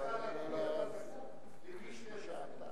הזיכרון שלך לקוי.